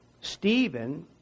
Stephen